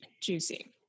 juicy